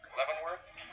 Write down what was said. Leavenworth